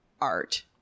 art